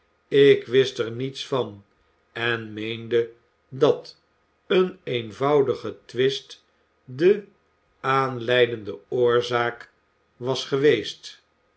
ik wist er niets van en meende dat een eenvoudige twist de aanleidende oorzaak was geweest